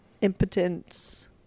impotence